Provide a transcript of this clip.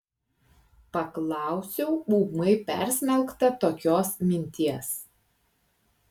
paklausiau ūmai persmelkta tokios minties